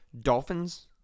Dolphins